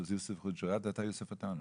אסור להביא את זה או לא